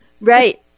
Right